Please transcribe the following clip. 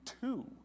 two